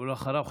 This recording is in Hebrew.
ואחריו,